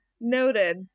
noted